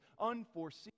unforeseen